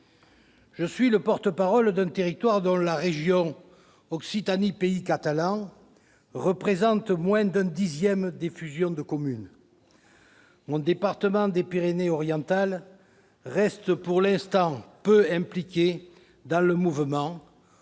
Je suis le porte-parole d'un territoire de la région Occitanie Pays catalan, qui représente moins d'un dixième des fusions de communes. Mon département, les Pyrénées-Orientales, reste, pour l'instant, peu impliqué dans le mouvement. Cela